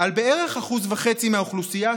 על בערך 1.5% מהאוכלוסייה,